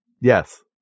Yes